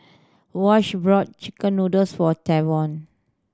Wash brought chicken noodles for Tavon